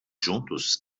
juntos